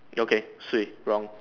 okay swee wrong